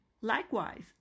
Likewise